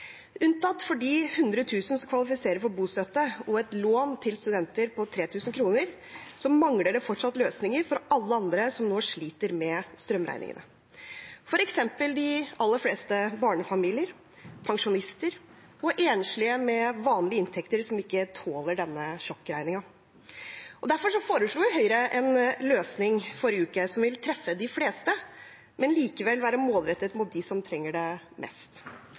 Unntatt for de 100 000 som kvalifiserer for bostøtte, og et lån til studenter på 3 000 kr, mangler det fortsatt løsninger for alle andre som nå sliter med strømregningene, f.eks. de aller fleste barnefamilier, pensjonister og enslige med vanlige inntekter, som ikke tåler denne sjokkregningen. Derfor foreslo Høyre en løsning forrige uke som vil treffe de fleste, men likevel være målrettet mot dem som trenger det mest.